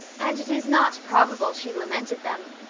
and it is not probable she lamented them.